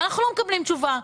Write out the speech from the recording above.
אנחנו לא מקבלים תשובה.